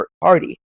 party